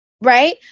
right